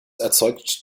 erzeugt